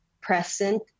present